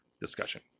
discussion